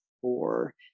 four